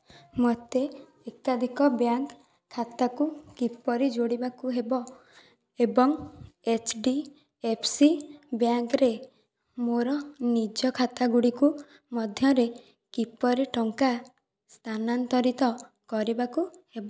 ମୋତେ ଏକାଧିକ ବ୍ୟାଙ୍କ ଖାତାକୁ କିପରି ଯୋଡ଼ିବାକୁ ହେବ ଏବଂ ଏଚ୍ ଡ଼ି ଏଫ୍ ସି ବ୍ୟାଙ୍କରେ ମୋର ନିଜ ଖାତା ଗୁଡ଼ିକୁ ମଧ୍ୟରେ କିପରି ଟଙ୍କା ସ୍ଥାନାନ୍ତରିତ କରିବାକୁ ହେବ କୁହ